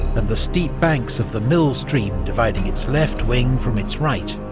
and the steep banks of the mill stream dividing its left wing from its right.